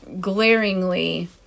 glaringly